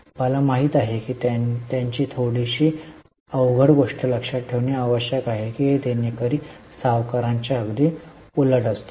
मला माहित आहे की त्याची थोडीशी अवघड गोष्ट लक्षात ठेवणे आवश्यक आहे की हे देणेकरी आणि सावकारांच्या अगदी उलट असेल